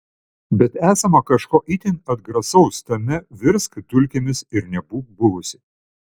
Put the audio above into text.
bet esama kažko itin atgrasaus tame virsk dulkėmis ir nebūk buvusi